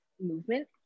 movement